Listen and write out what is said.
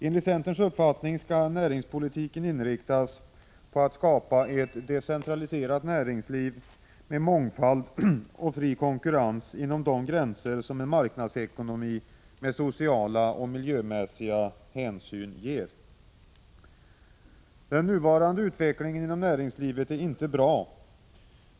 Enligt centerns uppfattning skall näringspolitiken inriktas på att skapa ett decentraliserat näringsliv med mångfald och med fri konkurrens inom de gränser som en marknadsekonomi med sociala och miljömässiga hänsyn ger. Den nuvarande utvecklingen inom näringslivet är inte bra.